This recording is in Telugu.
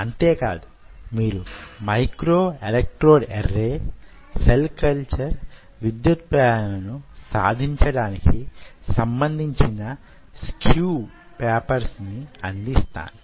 అంతే కాదు మీరు micro electrode array cell culture విద్యుత్ ప్రేరణను సాధించడానికి సంబంధించిన స్క్యూ పేపర్స్ ని అందిస్తాను